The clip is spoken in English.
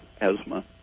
asthma